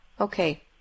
okay